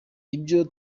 ibyo